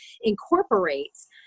incorporates